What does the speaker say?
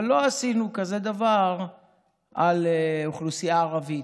אבל לא עשינו כזה דבר על אוכלוסייה ערבית.